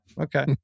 Okay